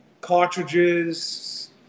cartridges